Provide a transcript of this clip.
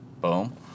Boom